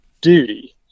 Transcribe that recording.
duty